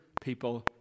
people